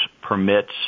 permits